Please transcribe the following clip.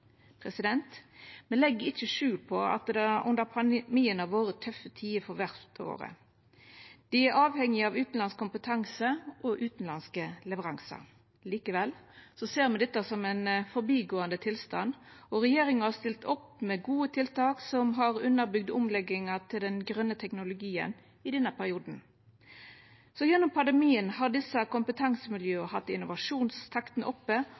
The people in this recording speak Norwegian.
legg ikkje skjul på at det under pandemien har vore tøffe tider for verfta våre. Dei er avhengige av utanlandsk kompetanse og utanlandske leveransar. Likevel ser me dette som ein forbigåande tilstand, og regjeringa har stilt opp med gode tiltak som har underbygd omlegginga til grøn teknologi i denne perioden. Så gjennom pandemien har desse kompetansemiljøa hatt innovasjonstakten oppe